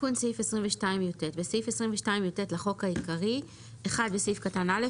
תיקון סעיף13.בסעיף 22יט לחוק העיקרי - 22יט בסעיף קטן (א),